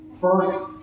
First